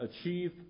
achieve